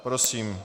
Prosím.